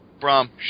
Brom